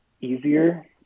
easier